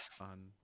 on